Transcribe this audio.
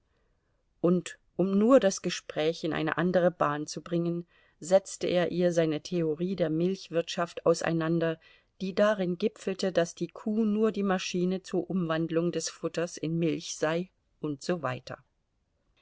und um nur das gespräch in eine andere bahn zu bringen setzte er ihr seine theorie der milchwirtschaft auseinander die darin gipfelte daß die kuh nur die maschine zur umwandlung des futters in milch sei und so weiter